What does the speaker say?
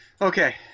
Okay